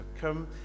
come